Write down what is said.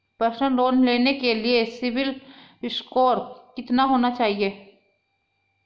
Personal loan लेने के लिए सिबिल स्कोर कितना होना चाहिए?